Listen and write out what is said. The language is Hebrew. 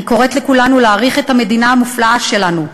אני קוראת לכולנו להעריך את המדינה המופלאה שלנו,